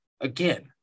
again